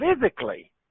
physically